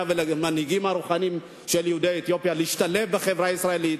ולמנהיגים הרוחניים של יהודי אתיופיה להשתלב בחברה הישראלית.